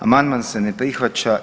Amandman se ne prihvaća.